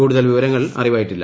കൂടുതൽ വിവരങ്ങൾ അറിവായിട്ടില്ല